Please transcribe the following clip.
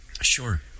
Sure